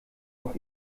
auf